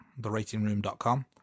theratingroom.com